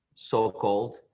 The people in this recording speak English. so-called